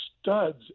studs